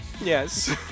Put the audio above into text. Yes